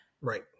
Right